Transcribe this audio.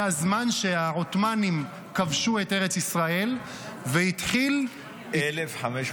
זה הזמן שהעות'מאנים כבשו את ארץ ישראל והתחיל --- 1517.